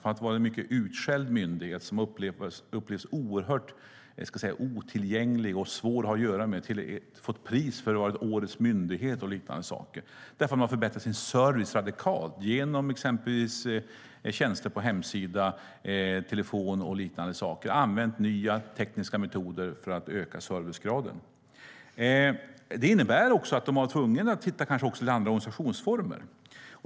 Från att vara en mycket utskälld myndighet som upplevdes oerhört otillgänglig och svår att ha att göra med har de till och med fått pris för att vara årets myndighet och liknande, eftersom de har förbättrat sin service radikalt genom exempelvis tjänster på hemsidan, telefon och liknande. De har använt nya tekniska metoder för att öka servicegraden. De kanske också har varit tvungna att titta på andra organisationsformer.